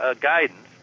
guidance